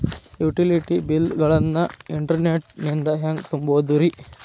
Utility bill ಗಳನ್ನ internet ನಿಂದ ಹೆಂಗ್ ತುಂಬೋದುರಿ?